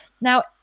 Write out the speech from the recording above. now